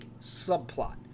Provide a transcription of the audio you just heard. subplot